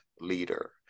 leader